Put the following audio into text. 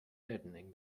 deadening